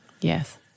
Yes